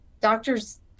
doctors